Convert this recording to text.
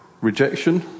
Rejection